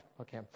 Okay